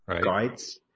guides